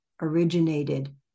originated